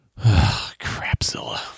crapzilla